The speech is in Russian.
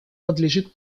надлежит